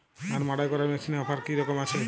ধান মাড়াই করার মেশিনের অফার কী রকম আছে?